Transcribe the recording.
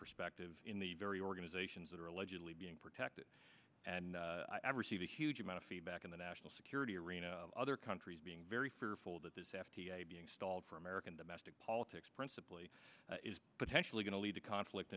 perspective in the very organizations that are allegedly being protected and i receive a huge amount of feedback in the national security arena other countries being very fearful that this after being stalled for american domestic politics principally is potentially going to lead to conflict